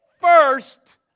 first